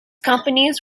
companies